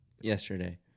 yesterday